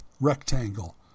rectangle